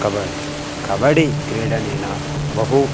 कबडि कबडि क्रीडनेन बहु